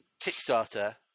kickstarter